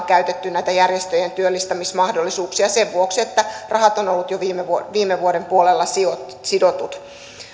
käytetty näitä järjestöjen työllistämismahdollisuuksia sen vuoksi että rahat ovat olleet jo viime vuoden viime vuoden puolella sidotut sidotut